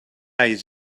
alls